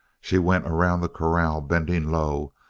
she went around the corral bending low,